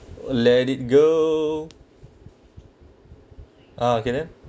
let it go ah can you